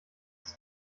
ist